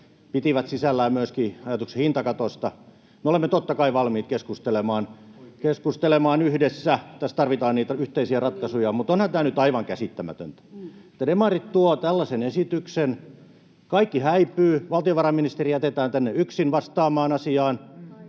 pitivät sisällään myöskin ajatuksen hintakatosta. Me olemme totta kai valmiit keskustelemaan yhdessä. [Jukka Gustafsson: Oikein!] Tässä tarvitaan niitä yhteisiä ratkaisuja. Mutta onhan tämä nyt aivan käsittämätöntä, että demarit tuovat tällaisen esityksen ja kaikki häipyvät, valtiovarainministeri jätetään tänne yksin vastaamaan asiaan.